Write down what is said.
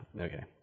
okay